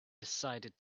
decided